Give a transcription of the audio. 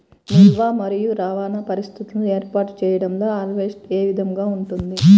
నిల్వ మరియు రవాణా పరిస్థితులను ఏర్పాటు చేయడంలో హార్వెస్ట్ ఏ విధముగా ఉంటుంది?